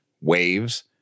waves